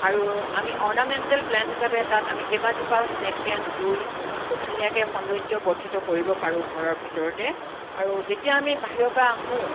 আৰু আমি ornamental plant হিচাপে তাত আমি কেবাজোপাও স্নেক প্লেণ্ট ৰুই খুব ধুনীয়াকৈ সৌন্দৰ্য বৰ্দ্ধিত কৰিব পাৰোঁ ঘৰৰ ভিতৰতে আৰু যেতিয়া আমি বাহিৰৰ পৰা আহোঁ